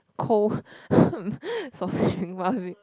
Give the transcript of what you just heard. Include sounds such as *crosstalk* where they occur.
cold *breath* one week